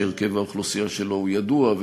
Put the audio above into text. שהרכב האוכלוסייה שלו ידוע.